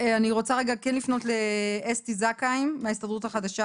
אני רוצה רגע כן לפנות לאסתי זקהיים מההסתדרות החדשה,